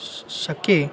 श् शके